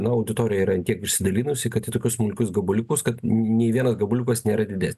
nu auditorija yra ant tiek išsidalinusi kad į tokius smulkius gabaliukus kad nei vienas gabaliukas nėra didesnis